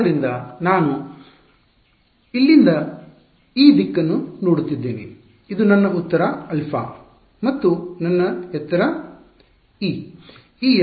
ಆದ್ದರಿಂದ ಇದು ನನ್ನದು ನಾನು ಇಲ್ಲಿಂದ ಈ ದಿಕ್ಕನ್ನು ನೋಡುತ್ತಿದ್ದೇನೆ ಇದು ನನ್ನ ಎತ್ತರ α ಮತ್ತು ಇದು ನನ್ನ ಎತ್ತರ ε